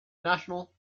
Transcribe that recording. national